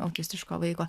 autistiško vaiko